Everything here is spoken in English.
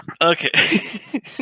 Okay